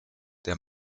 der